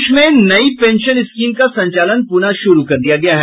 प्रदेश में नई pension scheme का संचालन पूनः शुरू कर दिया गया है